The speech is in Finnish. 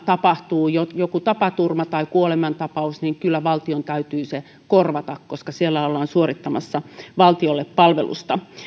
tapahtuu jokin tapaturma tai kuolemantapaus niin kyllä valtion täytyy se korvata koska siellä ollaan suorittamassa valtiolle palvelusta